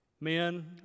Men